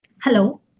hello